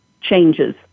changes